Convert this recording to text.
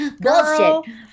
bullshit